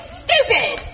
stupid